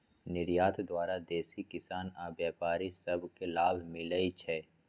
निर्यात द्वारा देसी किसान आऽ व्यापारि सभ के लाभ मिलइ छै